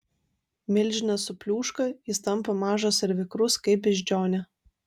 milžinas supliūška jis tampa mažas ir vikrus kaip beždžionė